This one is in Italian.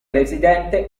residente